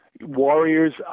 Warriors